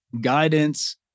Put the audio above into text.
guidance